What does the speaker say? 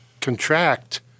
contract